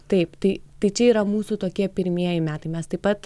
taip tai tai čia yra mūsų tokie pirmieji metai mes taip pat